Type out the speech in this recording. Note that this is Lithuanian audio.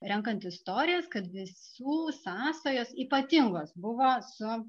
renkant istorijas kad visų sąsajos ypatingos buvo su